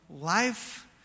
Life